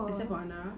except for hana